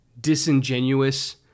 disingenuous